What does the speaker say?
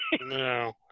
No